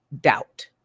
doubt